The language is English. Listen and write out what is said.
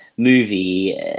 movie